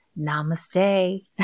Namaste